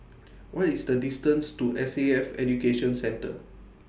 What IS The distance to S A F Education Centre